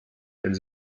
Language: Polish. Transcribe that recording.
jak